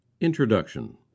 Introduction